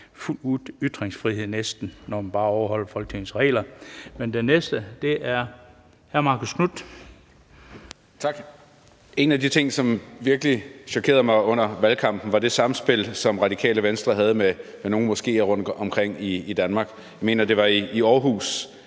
fuld ytringsfrihed, når vi bare overholder forretningsordenen. Men den næste er hr. Marcus Knuth. Kl. 12:09 Marcus Knuth (KF): Tak. En af de ting, som virkelig chokerede mig under valgkampen, var det samspil, som Radikale Venstre havde med nogle moskeer rundtomkring i Danmark. Jeg mener, at det var i Aarhus,